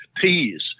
peas